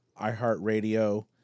iHeartRadio